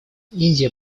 индия